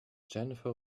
jennifer